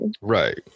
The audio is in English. Right